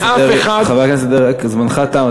לאף אחד, חבר הכנסת דרעי, זמנך תם.